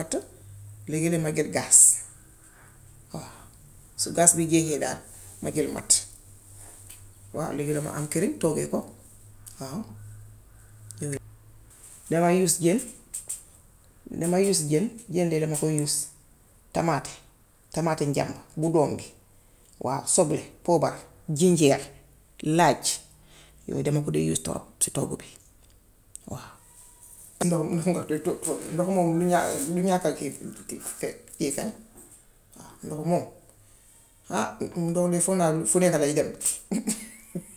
Matt, léegi nag ma jël gaas, waaw. Su gaas bi jeehee daal, ma jël matt, waaw léegi-lee am am kërin toggee ko, waaw. damay use jën damay use jën jën de dama koy use. Tamaate, tamaate njamb, bu doom bi, waaw soble, poobar, jiñjeer, laaj. Yooy dama ko dee use torob ci togg bi, waaw. Ndox ndox moom du ñaa du ñaatal kii bi ndox moom ndox de foo laal fu nekka lay jëm.